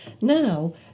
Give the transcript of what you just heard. Now